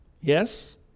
Yes